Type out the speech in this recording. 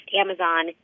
Amazon